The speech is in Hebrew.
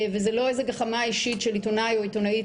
זו לא איזו גחמה אישית של עיתונאי הוא עיתונאית